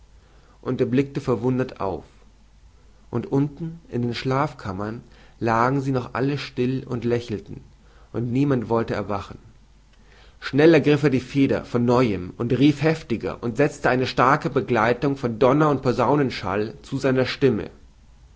und er blickte verwundert auf und unten in den schlafkammern lagen sie noch alle still und lächelten und niemand wollte erwachen schnell ergriff er die feder von neuem und rief heftiger und sezte eine starke begleitung von donner und posaunenschall zu seiner stimme